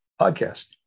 podcast